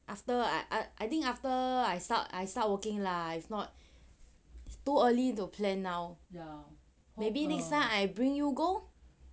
after I I think after I or I start working lah if not too early to plan now maybe next time I bring you go